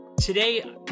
Today